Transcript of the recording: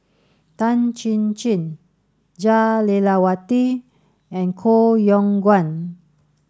Tan Chin Chin Jah Lelawati and Koh Yong Guan